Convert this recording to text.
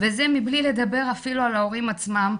וזה מבלי לדבר אפילו על ההורים עצמם,